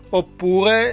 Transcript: oppure